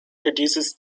produces